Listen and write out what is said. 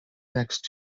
next